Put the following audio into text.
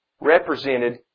represented